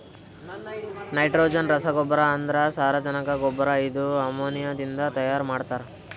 nitrogen ರಸಗೊಬ್ಬರ ಅಂದ್ರ ಸಾರಜನಕ ಗೊಬ್ಬರ ಇದು ಅಮೋನಿಯಾದಿಂದ ತೈಯಾರ ಮಾಡ್ತಾರ್